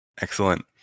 Excellent